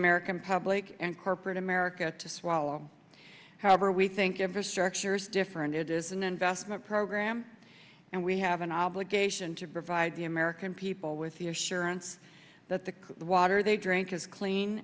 american public and corporate america to swallow however we think every structures different it is an investment program and we have an obligation to provide the american people with the assurance that the water they drink is clean